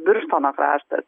birštono kraštas